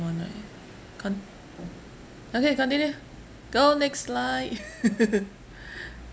[one] right con~ okay continue go next slide